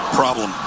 problem